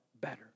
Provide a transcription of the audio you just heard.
better